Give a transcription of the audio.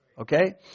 Okay